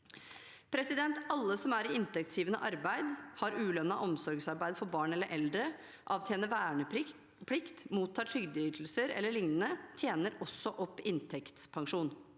samfunnet. Alle som er i inntektsgivende arbeid, har ulønnet omsorgsarbeid for barn eller eldre, avtjener verneplikt, mottar trygdeytelser eller lignende, tjener også opp inntektspensjon.